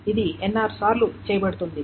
ఇది nr సార్లు చేయబడుతుంది